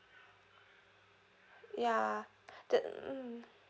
yeah then mm